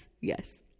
Yes